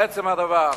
לעצם הדבר,